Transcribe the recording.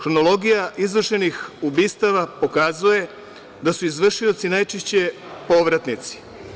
Hronologija izvršenih ubistava pokazuje da su izvršioci najčešće povratnici.